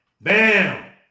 Bam